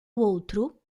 outro